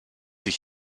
ich